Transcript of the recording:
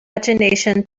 imgination